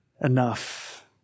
enough